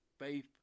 Faith